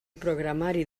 programari